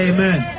Amen